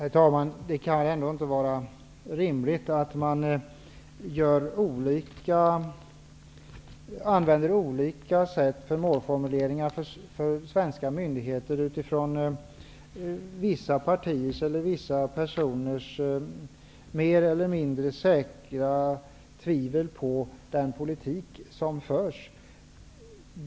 Herr talman! Det kan ändå inte vara rimligt att man använder olika sätt för målformuleringar för svenska myndigheter utifrån vissa partiers eller vissa personers mer eller mindre säkra tvivel på den politik som förs.